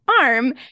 arm